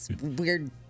Weird